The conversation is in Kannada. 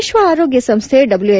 ವಿಶ್ವ ಆರೋಗ್ಯ ಸಂಸ್ಥೆ ಡಬ್ಲ್ಯು